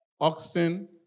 Oxen